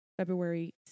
February